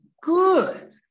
good